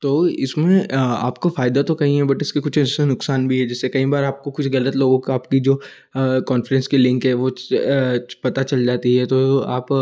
तो इसमें आपको फायदा तो कई हैं बट इसके कुछ ऐसे नुकसान भी है जैसे कई बार आपको कुछ गलत लोगों का आपकी जो कौनफ्रेंस के लिंक है वह पता चल जाती है तो वह आप